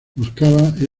buscaba